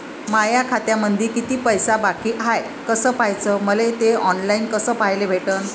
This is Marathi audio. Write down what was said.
माया खात्यामंधी किती पैसा बाकी हाय कस पाह्याच, मले थे ऑनलाईन कस पाह्याले भेटन?